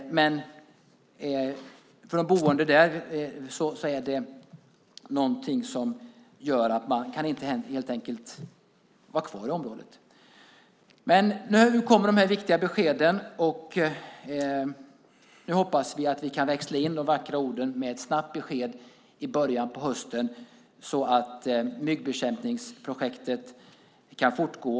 De boende kan helt enkelt inte vara kvar i området. Nu kommer de här viktiga beskeden. Vi hoppas att vi kan växla in de vackra orden till ett snabbt besked i början av hösten så att myggbekämpningsprojektet kan fortgå.